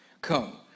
Come